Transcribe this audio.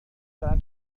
دارن